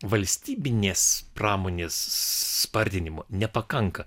valstybinės pramonės spartinimo nepakanka